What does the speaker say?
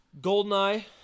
Goldeneye